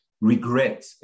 regret